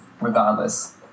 regardless